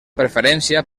preferència